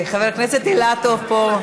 חבר הכנסת אילטוב פה.